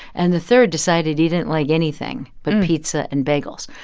and the third decided he didn't like anything but pizza and bagels.